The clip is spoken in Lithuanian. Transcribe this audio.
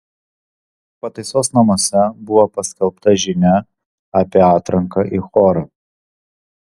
pataisos namuose buvo paskelbta žinia apie atranką į chorą